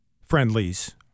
friendlies